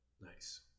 nice